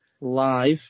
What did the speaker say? live